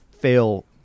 fail